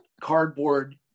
cardboard